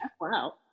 wow